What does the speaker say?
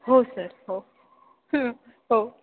हो सर हो हो